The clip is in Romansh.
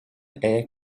era